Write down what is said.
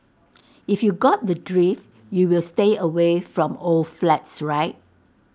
if you got the drift you will stay away from old flats right